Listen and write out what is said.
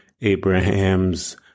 Abraham's